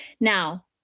now